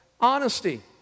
Honesty